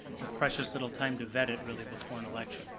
with precious little time to vet it really before an election.